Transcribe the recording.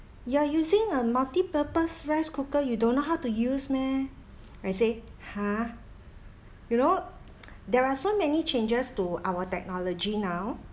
you are using a multipurpose rice cooker you don't know how to use meh I say !huh! you know there are so many changes to our technology now